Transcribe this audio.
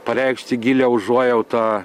pareikšti gilią užuojautą